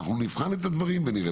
אנחנו נבחן את הדברים ונראה.